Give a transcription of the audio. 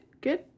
good